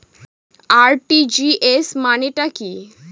RTGS মানে টা কি?